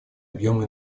объема